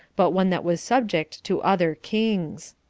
but one that was subject to other kings.